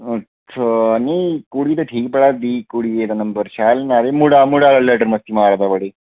नेईं कुड़ी ते ठीक पढ़ा दी कुड़ियै दे नंबर शैल न ते मुड़ा लड्डर मस्ती मारदा बड़ी